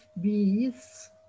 bees